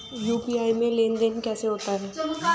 UPI में लेनदेन कैसे होता है?